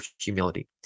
humility